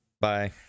Bye